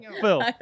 Phil